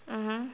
mmhmm